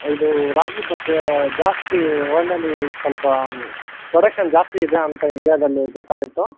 ಇದು ರಾಗಿ ಬಗ್ಗೆ ಜಾಸ್ತಿ ವರ್ಲ್ಡಲ್ಲಿ ಸ್ವಲ್ಪ ಪ್ರೊಡಕ್ಷನ್ ಜಾಸ್ತಿ ಇದೆ ಅಂತ ಇಂಡ್ಯಾದಲ್ಲಿ ಗೊತ್ತಾಯಿತು